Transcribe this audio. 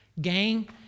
Gang